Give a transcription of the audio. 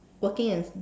working in